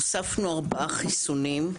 הוספנו ארבעה חיסונים.